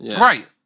Right